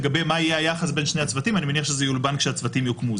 לגבי מה יהיה היחס בין שני הצוותים אני מניח שזה ילובן כשהצוותים יוקמו,